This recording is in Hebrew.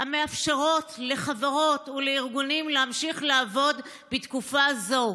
המאפשרות לחברות ולארגונים להמשיך לעבוד בתקופה זו.